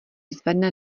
zvedne